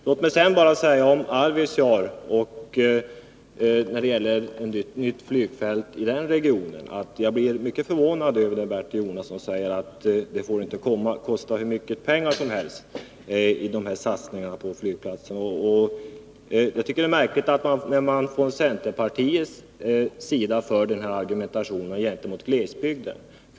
Låt mig sedan säga beträffande Arvidsjaur och ett nytt flygfält i den regionen, att jag blev mycket förvånad när Bertil Jonasson sade att dessa satsningar på flygplatsen inte får kosta hur mycket pengar som helst. Jag tycker att det är märkligt att man från centerpartiets sida för den här argumentationen gentemot glesbygden.